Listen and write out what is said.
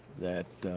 that